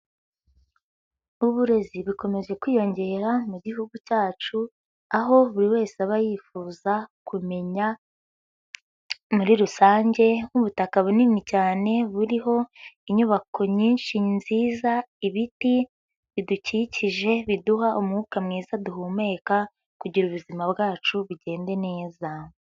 Uburezi bukomeje kwiyongera mu gihugu cyacu, aho buri wese aba yifuza kumenya muri rusange, ubutaka bunini cyane buriho inyubako nyinshi nziza, ibiti bidukikije biduha umwuka mwiza duhumeka kugira ubuzima bwacu bugende neza.